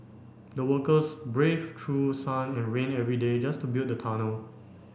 the workers brave through sun and rain every day just to build the tunnel